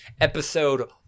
episode